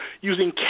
using